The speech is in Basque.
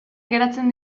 geratzen